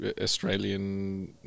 Australian